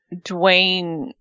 Dwayne